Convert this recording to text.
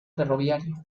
ferroviario